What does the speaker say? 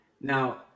Now